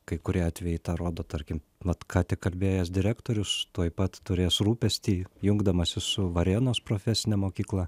kai kurie atvejai tą rodo tarkim vat ką tik kalbėjęs direktorius tuoj pat turės rūpestį jungdamasis su varėnos profesine mokykla